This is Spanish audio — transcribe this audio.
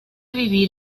vivir